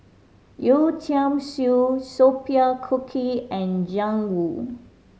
Yeo Tiam Siew Sophia Cooke and Jiang Hu